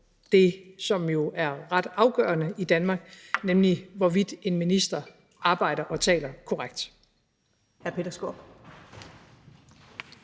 det, som jo er ret afgørende i Danmark, nemlig hvorvidt en minister arbejder og taler korrekt.